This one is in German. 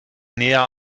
näher